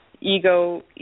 Ego